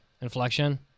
inflection